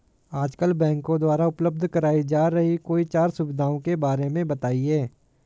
आजकल बैंकों द्वारा उपलब्ध कराई जा रही कोई चार सुविधाओं के बारे में बताइए?